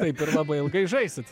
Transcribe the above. taip ir labai ilgai žaisit